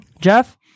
Jeff